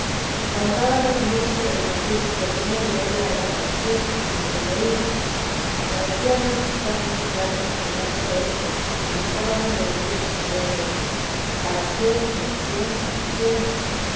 espantábanos mucho el decir en lo que leíamos que pena y gloria eran para siempre acaecíanos estar muchos ratos tratando de esto y gustábamos de decir muchas veces para siempre siempre siempre